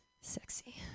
sexy